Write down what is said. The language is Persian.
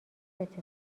اتفاق